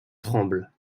tremble